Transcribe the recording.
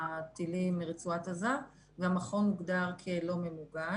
הטילים מרצועת עזה והמכון הוגדר כלא ממוגן.